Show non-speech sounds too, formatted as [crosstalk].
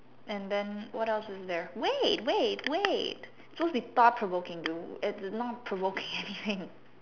and then what else was there wait wait wait it's supposed to be thought provoking dude it is not provoking anything [laughs]